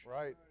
Right